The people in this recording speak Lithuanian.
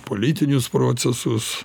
politinius procesus